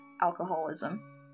alcoholism